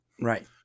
Right